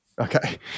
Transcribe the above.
Okay